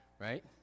right